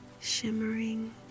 shimmering